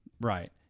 Right